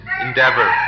endeavor